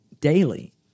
daily